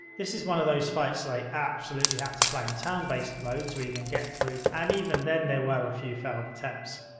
this is one of those fights that i absolutely had to play in turn-based mode to get through and even then there were a few failed attempts.